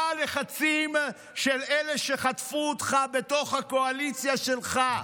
מה הלחצים של אלה שחטפו אותך בתוך הקואליציה שלך?